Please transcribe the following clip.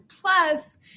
plus